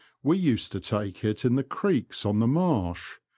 we used to take it in the creeks on the marsh,